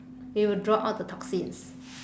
it will draw out the toxins